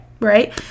right